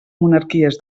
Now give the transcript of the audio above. monarquies